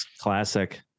Classic